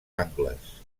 angles